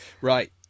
Right